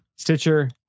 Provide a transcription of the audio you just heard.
Stitcher